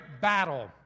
battle